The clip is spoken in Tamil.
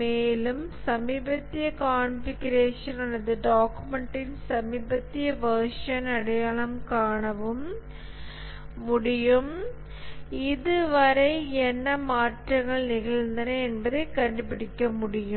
மேலும் சமீபத்திய கான்ஃபிகுரேஷன் அல்லது டாக்குமெண்ட்டின் சமீபத்திய வர்ஷன் அடையாளம் காணவும் முடியும் இதுவரை என்ன மாற்றங்கள் நிகழ்ந்தன என்பதைக் கண்டுபிடிக்க முடியும்